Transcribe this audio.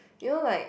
you know like